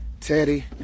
Teddy